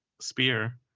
spear